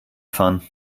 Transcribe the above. fahren